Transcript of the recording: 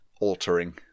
altering